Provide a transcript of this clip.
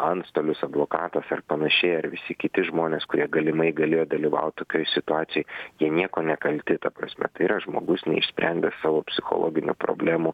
antstolis advokatas ar panašiai ar visi kiti žmonės kurie galimai galėjo dalyvaut tokioj situacijoj jie niekuo nekalti ta prasme tai yra žmogus neišsprendęs savo psichologinių problemų